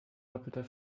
doppelter